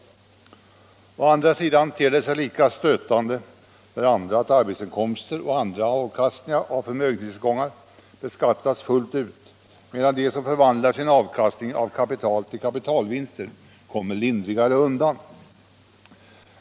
Men det kan te sig lika stötande för andra människor att arbetsinkomster och avkastningar av förmögenhetstillgångar beskattas fullt ut, medan de som förvandlar sin avkastning av kapital till kapitalvinster kommer lindrigare undan.